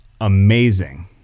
amazing